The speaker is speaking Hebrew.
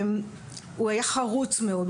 הוא היה חרוץ מאוד,